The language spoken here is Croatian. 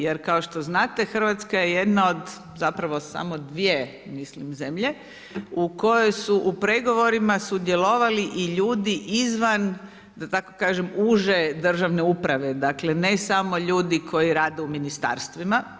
Jer kao što znate Hrvatska je jedna od zapravo samo dvije mislim zemlje u kojoj su u pragovorima sudjelovali i ljudi izvan da tako kažem uže državne uprave dakle ne samo ljudi koji rade u ministarstvima.